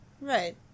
Right